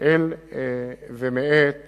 אל ומאת